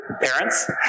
parents